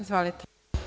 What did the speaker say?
Izvolite.